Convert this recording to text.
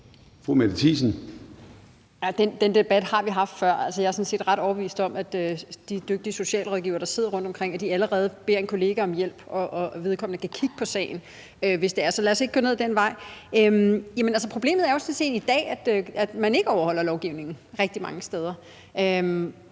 Den debat har vi haft før. Jeg er sådan set ret overbevist om, at de dygtige socialrådgivere, der sidder rundtomkring, allerede beder en kollega om hjælp, og at vedkommende kan kigge på sagen, hvis det er. Så lad os ikke gå ned ad den vej. Problemet er jo sådan set i dag, at man rigtig mange steder